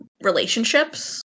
relationships